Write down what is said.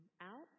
out